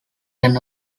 can